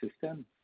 system